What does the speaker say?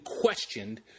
questioned